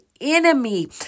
enemy